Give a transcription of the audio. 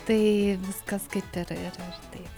tai viskas kaip ir ir ir taip